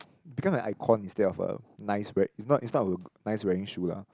ppo become an icon instead of a nice wear it's not it's not a nice wearing shoe lah